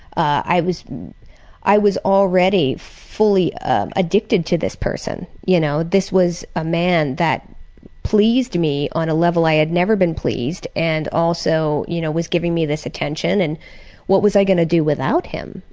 i was i was already fully um addicted to this person. you know this was a man that pleased me on a level i had never been pleased, and also you know was giving me this attention, and what was i going to do without him?